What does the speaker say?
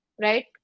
right